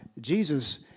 Jesus